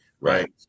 Right